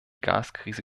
gaskrise